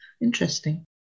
Interesting